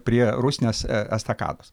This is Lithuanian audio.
prie rusnės e estakados